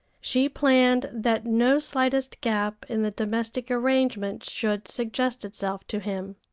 she planned that no slightest gap in the domestic arrangement should suggest itself to him.